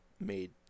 made